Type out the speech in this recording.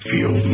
Feel